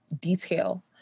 detail